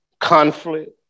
conflict